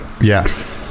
Yes